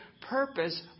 purpose